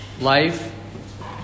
life